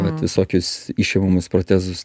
vat visokius išimamus protezus